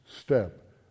step